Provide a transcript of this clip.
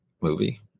movie